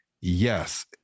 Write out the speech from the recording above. yes